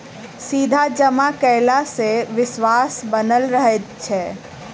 सीधा जमा कयला सॅ विश्वास बनल रहैत छै